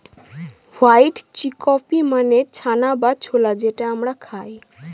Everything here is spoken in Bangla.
হোয়াইট চিকপি মানে চানা বা ছোলা যেটা আমরা খায়